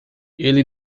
ele